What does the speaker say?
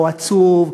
או עצוב,